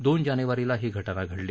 दोन जानेवारीला ही घटना घडली